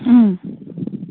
ꯎꯝ